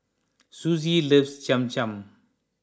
Suzie loves Cham Cham